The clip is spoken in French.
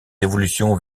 évolutions